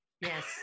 Yes